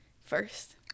first